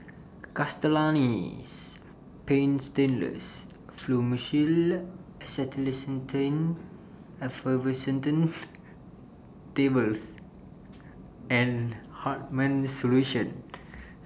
Castellani's Paint Stainless Fluimucil Acetylcysteine Effervescent Tablets and Hartman's Solution